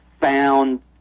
found